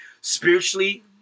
spiritually